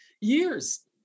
years